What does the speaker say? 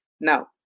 Now